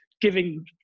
giving